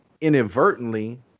inadvertently